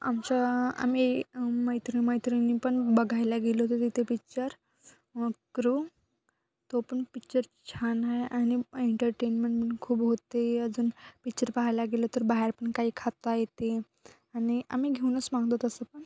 आमच्या आम्ही मैत्रिण मैत्रिणी पण बघायला गेलो होतो तिथे पिच्चर क्रू तो पण पिक्चर छान आहे आणि एंटरटेनमेंट पण खूप होते अजून पिक्चर पाहायला गेलो तर बाहेर पण काही खाता येते आणि आम्ही घेऊनच मागतो तसं पण